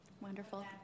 Wonderful